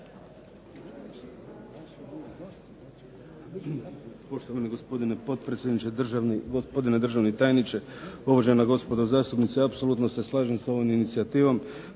Poštovani gospodine potpredsjedniče, gospodine državni tajniče, uvažena gospodo zastupnici. Apsolutno se slažem sa ovom inicijativom